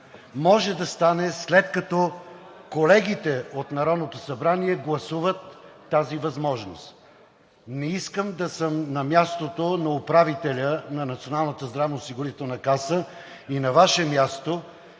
може да стане, след като колегите от Народното събрание гласуват тази възможност. Не искам да съм на мястото на управителя на Националната